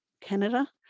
Canada